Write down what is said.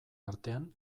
artean